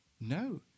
No